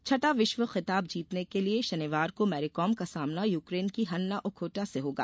छठा विश्व खिताब जीतने के लिए शनिवार को मैरीकॉम का सामना युक्रेन की हन्ना ओखोटा से होगा